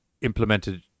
implemented